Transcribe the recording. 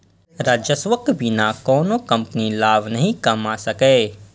राजस्वक बिना कोनो कंपनी लाभ नहि कमा सकैए